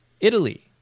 Italy